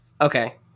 okay